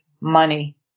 money